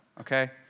Okay